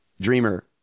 Dreamer